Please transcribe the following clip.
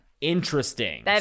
Interesting